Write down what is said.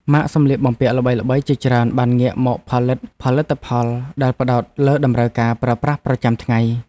ម៉ាកសម្លៀកបំពាក់ល្បីៗជាច្រើនបានងាកមកផលិតផលិតផលដែលផ្តោតលើតម្រូវការប្រើប្រាស់ប្រចាំថ្ងៃ។